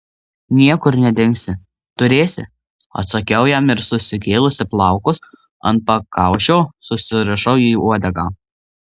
niekur nedingsi turėsi atsakiau jam ir susikėlusi plaukus ant pakaušio susirišau į uodegą